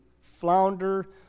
flounder